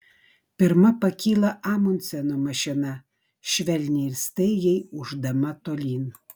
pirma pakyla amundseno mašina švelniai ir staigiai ūždama tolyn